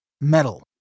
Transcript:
metal